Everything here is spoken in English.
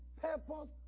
purpose